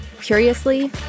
curiously